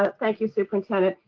ah thank you superintendent.